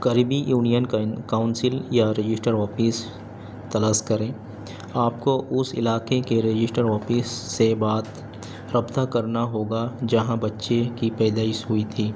قریبی union council یا register office تلاش کریں آپ کو اس علاقے کے رجسٹر آفس سے بات رابطہ کرنا ہوگا جہاں بچے کی پیدائش ہوئی تھی